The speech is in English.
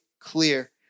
clear